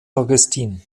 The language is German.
augustin